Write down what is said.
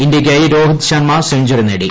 ഇന്ത്യയ്ക്കായി രോഹിത് ശർമ്മ സെഞ്ചറി നേടി